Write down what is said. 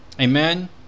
Amen